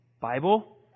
Bible